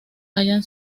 hayan